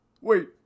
Wait